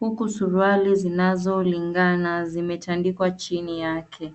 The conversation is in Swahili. huku suruali zinazolingana zimetandikwa chini yake.